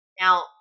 Now